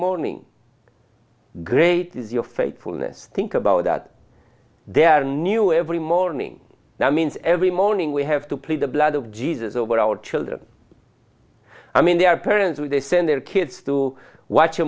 morning great is your faithfulness think about that there are new every morning that means every morning we have to play the blood of jesus over our children i mean their parents when they send their kids to watch a